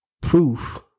proof